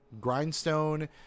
grindstone